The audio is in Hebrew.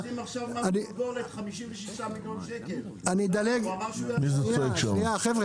רוצים עכשיו מס גולגולת 56 מיליון שקל --- מי שצועק לך מסביב,